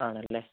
ആണല്ലേ